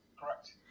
Correct